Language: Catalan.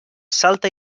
salta